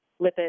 lipids